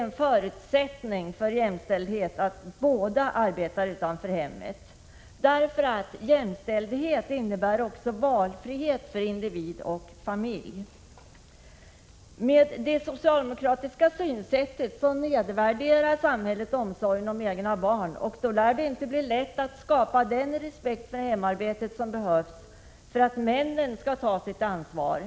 En förutsättning för att uppnå jämställdhet är alltså inte att båda arbetar utanför hemmet. Jämställdhet betyder ju också valfrihet för individ och familj. Det socialdemokratiska synsättet innebär att samhället nedvärderar omsorgen om egna barn, och därför lär det inte bli lätt att skapa den respekt för hemarbetet som behövs för att männen skall ta sitt ansvar.